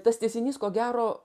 tas tęsinys ko gero